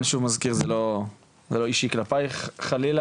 אני שוב מזכיר ששום דבר פה זה לא אישי כלפייך חלילה,